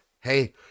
hey